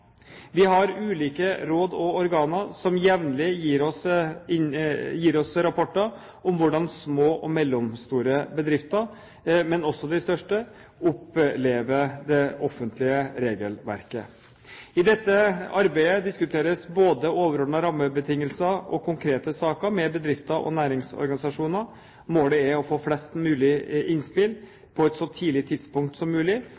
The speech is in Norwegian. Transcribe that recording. Vi har ulike råd og organer som jevnlig gir oss rapporter om hvordan små og mellomstore bedrifter, men også de største, opplever det offentlige regelverket. I dette arbeidet diskuteres både overordnede rammebetingelser og konkrete saker med bedrifter og næringsorganisasjoner. Målet er å få flest mulig innspill på et så tidlig tidspunkt som mulig,